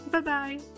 Bye-bye